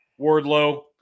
wardlow